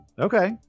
Okay